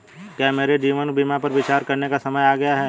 क्या मेरे लिए जीवन बीमा पर विचार करने का समय आ गया है?